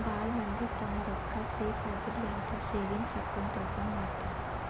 ಭಾಳ್ ಮಂದಿ ತಮ್ಮ್ ರೊಕ್ಕಾ ಸೇಫ್ ಆಗಿರ್ಲಿ ಅಂತ ಸೇವಿಂಗ್ಸ್ ಅಕೌಂಟ್ ಓಪನ್ ಮಾಡ್ತಾರಾ